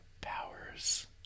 powers